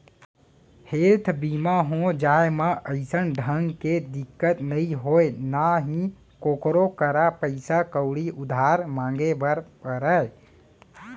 health बीमा हो जाए म अइसन ढंग के दिक्कत नइ होय ना ही कोकरो करा पइसा कउड़ी उधार मांगे बर परय